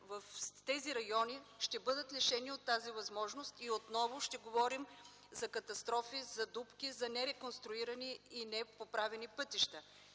в тези райони ще бъдат лишени от тази възможност и отново ще говорим за катастрофи, за дупки, за нереконструирани и непоправени пътища.